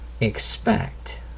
expect